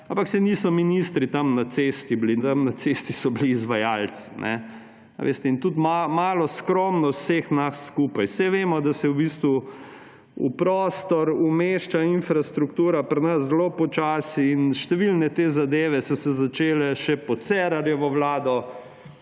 Ampak saj niso ministri tam na cesti bili, tam na cesti so bili izvajalci. In tudi malo skromno vseh nas skupaj. Saj vemo, da se v bistvu v prostor umešča infrastruktura pri nas zelo počasi in številne te zadeve so se začele še pod Cerarjevo vlado